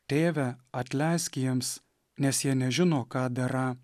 tėve atleisk jiems nes jie nežino ką darą